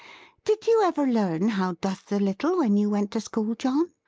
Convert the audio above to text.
did you ever learn how doth the little when you went to school, john?